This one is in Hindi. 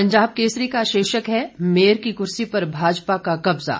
पंजाब केसरी का शीर्षक है मेयर की कुर्सी पर भाजपा का कब्जा